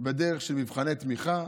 בדרך של מבחני תמיכה,